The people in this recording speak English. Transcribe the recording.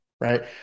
right